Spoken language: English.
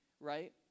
Right